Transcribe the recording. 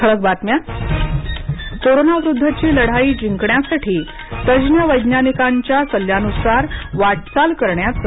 ठळक बातम्या कोरोनाविरुद्धची लढाई जिंकण्यासाठी तज्ज्ञ वैज्ञानिकांच्या सल्ल्यानुसार वाटचाल करण्याचं